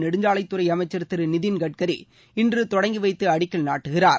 நெடுஞ்சாலைத் துறை அமைச்சா் திரு நிதின் கட்கரி இன்று தொடங்கி வைத்து அடிக்கல் நாட்டுகிறார்